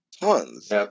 tons